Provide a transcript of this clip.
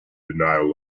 denial